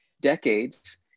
decades